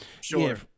Sure